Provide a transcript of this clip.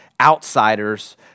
outsiders